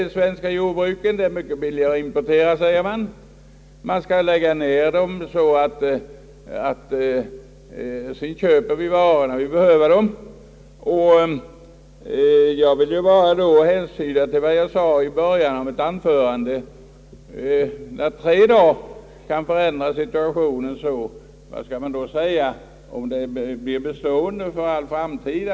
Han säger att det är mycket billigare att importera — vi skall alltså köpa varorna utifrån när vi behöver dem. Jag vill på den punkten bara hänvisa till vad jag sade i början av mitt anförande. När tre dagar kan förändra situationen så pass mycket, hur blir det då om det blir en bestående situation av det slaget för all framtid?